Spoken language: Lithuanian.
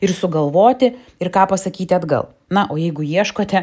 ir sugalvoti ir ką pasakyti atgal na o jeigu ieškote